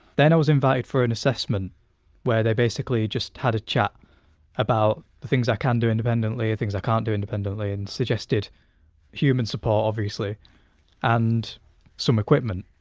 then i was invited for an assessment where they basically just had a chat about the things i can do independently, the things i can't do independently and suggested human support obviously and some equipment.